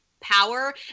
power